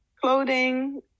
clothing